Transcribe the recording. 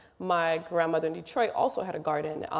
my grandmother in detroit also had a garden.